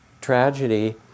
tragedy